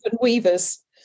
weavers